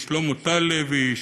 שלמה טל לוי,